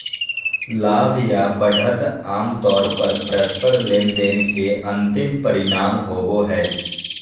लाभ या बढ़त आमतौर पर परस्पर लेनदेन के अंतिम परिणाम होबो हय